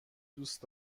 دوست